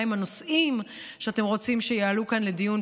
מהם הנושאים שאתם רוצים שיעלו כאן לדיון.